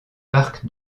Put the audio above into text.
parc